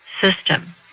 system